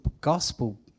gospel